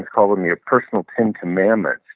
call them your personal ten commandments.